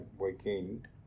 weekend